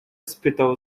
spytał